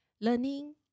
learning